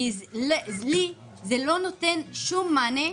כי לי זה לא נותן שום מענה.